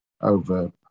over